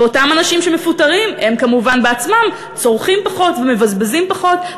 ואותם אנשים שמפוטרים כמובן הם בעצמם צורכים פחות ומבזבזים פחות,